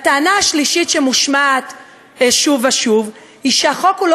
הטענה השלישית שמושמעת שוב ושוב היא שהחוק הוא לא